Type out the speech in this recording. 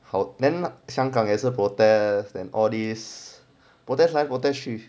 and then 香港也是 protests and all this protest 来 protest 去